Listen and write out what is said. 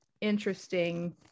interesting